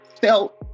felt